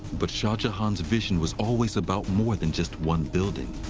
but shah jahan's vision was always about more than just one building.